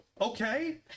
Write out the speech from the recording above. okay